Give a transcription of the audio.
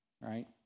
right